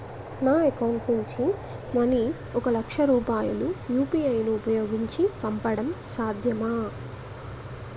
నా అకౌంట్ నుంచి మనీ ఒక లక్ష రూపాయలు యు.పి.ఐ ను ఉపయోగించి పంపడం సాధ్యమా?